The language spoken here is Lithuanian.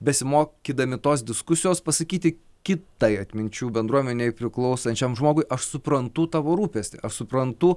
besimokydami tos diskusijos pasakyti kitai atminčių bendruomenei priklausančiam žmogui aš suprantu tavo rūpestį aš suprantu